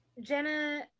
jenna